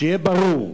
שיהיה ברור,